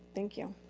thank you.